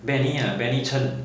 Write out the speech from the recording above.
benny benny ch'ng